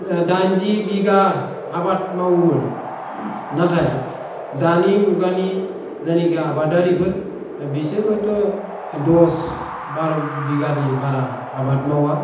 दाइन जि बिगा आबाद मावोमोन नाथाय दानि मुगानि जायनाखि आबादारिफोर बिसोर हयथ' दस बार' बिगानि बारा आबाद मावा